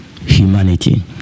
humanity